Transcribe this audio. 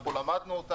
אנחנו למדנו אותה.